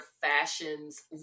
fashions